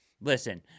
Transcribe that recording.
listen